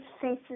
Faces